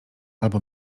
albo